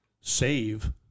save